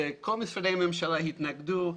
כל משרדי הממשלה התנגדו.